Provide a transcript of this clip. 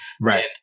Right